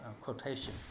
quotation